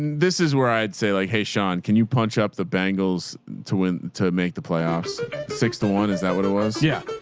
this is where i'd say like, hey sean, can you punch up the bangles to win, to make the playoffs six to one? is that what it was? yeah.